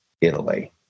Italy